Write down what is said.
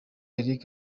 eric